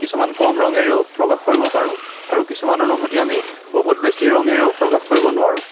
কিছুমান কম ৰঙেৰেও প্ৰকাশ কৰিব পাৰোঁ আৰু কিছুমান অনুভূতি আমি বহুত বেছি ৰঙেৰেও প্ৰকাশ কৰিব নোৱাৰোঁ